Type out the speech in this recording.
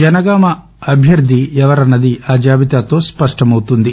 జనగామ అభ్యర్ది ఎవరనేది ఆ జాబితాతో స్పష్టమవుతుంది